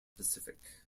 pacific